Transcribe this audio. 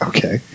Okay